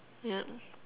yup